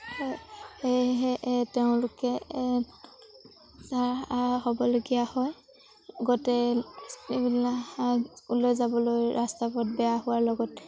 সেয়েহে তেওঁলোকে ছাৰ হ'বলগীয়া হয় গোটেইবিলাক স্কুললৈ যাবলৈ ৰাস্তা পথ বেয়া হোৱাৰ লগত